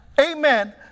amen